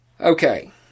Okay